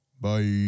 Bye